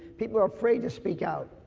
people are afraid to speak out.